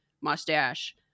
mustache